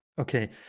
okay